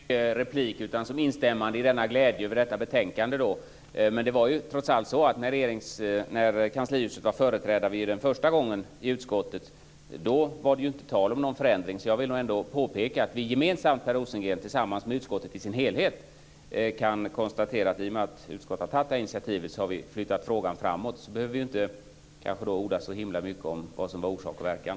Herr talman! Det här är ett instämmande i denna glädje över detta betänkande. När kanslihusets företrädare var i utskottet första gången var det inte tal om någon förändring. Jag vill ändå påpeka att vi gemensamt, Per Rosengren, tillsammans med utskottet i sin helhet, kan konstatera att i och med att utskottet har tagit initiativet har vi flyttat frågan framåt. Då behöver vi inte orda så mycket om orsak och verkan.